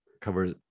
cover